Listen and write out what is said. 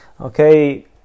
Okay